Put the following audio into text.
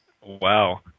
Wow